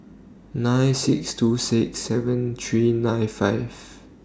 nine six two six seven three nine five